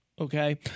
okay